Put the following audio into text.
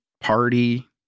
party